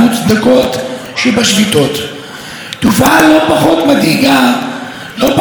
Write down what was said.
לא פחות כואבת, שגם אותה ניתן לכנות מכת מדינה,